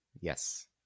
Yes